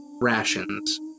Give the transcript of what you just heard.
rations